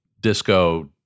disco